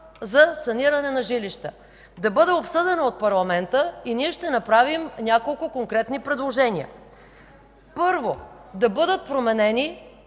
за саниране на жилища. Да бъде обсъдена от парламента и ние ще направим няколко конкретни предложения. Първо, да бъдат променени